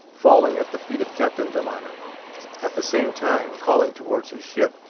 falling at the feet of captain delano at the same time calling towards his ship,